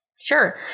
Sure